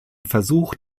versuch